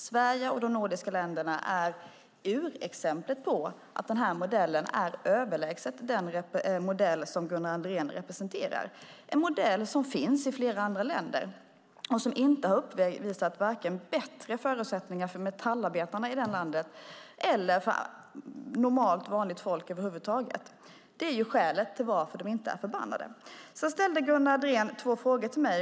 Sverige och de andra nordiska länderna är urexempel på att den modellen är överlägsen den modell som Gunnar Andrén representerar, en modell som finns i flera andra länder och som varken har uppvisat bättre förutsättningar för metallarbetarna i landet eller för vanligt folk över huvud taget. Det är skälet till att de inte är förbannade. Gunnar Andrén ställde två frågor till mig.